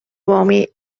uomini